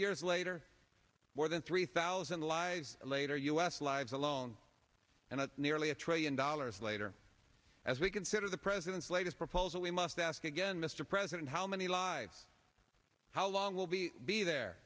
years later more than three thousand lives later u s lives alone and nearly a trillion dollars later as we consider the president's latest proposal we must ask again mr president how many lives how long will be be there